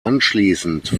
anschließend